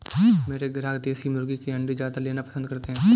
मेरे ग्राहक देसी मुर्गी के अंडे ज्यादा लेना पसंद करते हैं